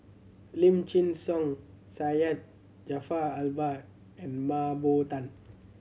Lim Chin Siong Syed Jaafar Albar and Mah Bow Tan